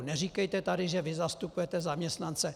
Neříkejte tady, že vy zastupujete zaměstnance!